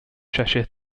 cheshire